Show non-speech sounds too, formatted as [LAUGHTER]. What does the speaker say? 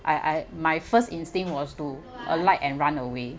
I I [NOISE] my first instinct was to alight and run away